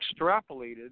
extrapolated